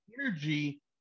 energy